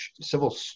civil